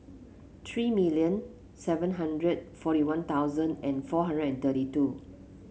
three million seven hundred forty One Thousand and four hundred and thirty two